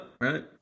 right